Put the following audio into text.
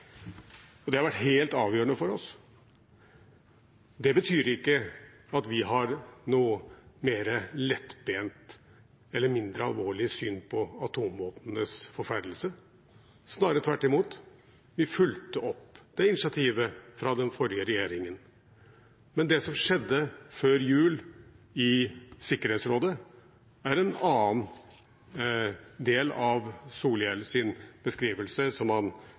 Det har vært helt avgjørende for oss. Det betyr ikke at vi har noe mer lettbent eller mindre alvorlig syn på atomvåpenets forferdelse. Snarere tvert imot: Vi fulgte opp initiativet fra den forrige regjeringen. Men det som skjedde før jul i Sikkerhetsrådet, er en annen del av Solhjells beskrivelse som han